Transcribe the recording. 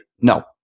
No